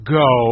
go